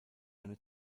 eine